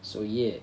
so ya